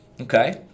Okay